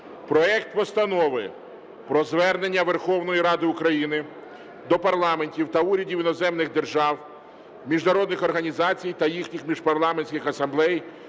проект Постанови про Звернення Верховної Ради України до парламентів та урядів іноземних держав, міжнародних організацій та їхніх міжпарламентських асамблей